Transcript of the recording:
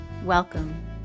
Welcome